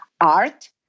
art